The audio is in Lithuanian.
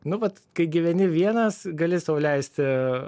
nuvat kai gyveni vienas gali sau leisti